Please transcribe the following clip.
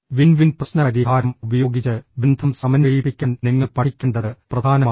win win പ്രശ്നപരിഹാരം ഉപയോഗിച്ച് ബന്ധം സമന്വയിപ്പിക്കാൻ നിങ്ങൾ പഠിക്കേണ്ടത് പ്രധാനമാണ്